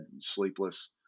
sleepless